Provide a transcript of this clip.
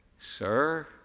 Sir